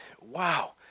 wow